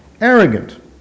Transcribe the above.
Arrogant